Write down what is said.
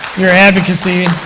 your advocacy